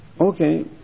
Okay